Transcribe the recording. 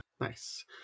nice